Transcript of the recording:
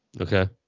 Okay